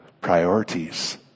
priorities